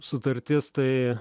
sutartis tai